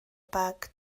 bag